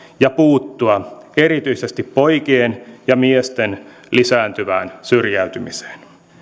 ja puuttua erityisesti poikien ja miesten lisääntyvään syrjäytymiseen